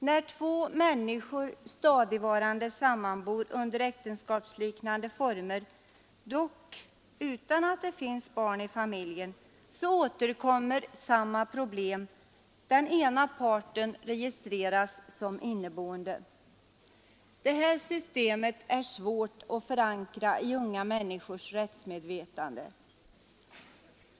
När två människor stadigvarande sammanbor under äktenskapsliknande former, dock utan att det finns barn i familjen, så uppkommer samma problem: den ena parten registreras som inneboende. Detta system är svårt att förankra i unga människors rättsmedvetande.